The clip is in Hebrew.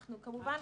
אנחנו כמובן,